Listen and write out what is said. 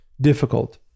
difficult